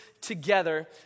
together